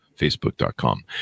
facebook.com